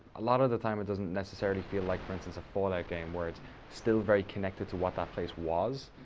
a lot of the time it doesn't necessarily feel like, for instance, a fallout game where it's still very connected to what that place was.